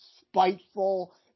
spiteful